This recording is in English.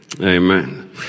Amen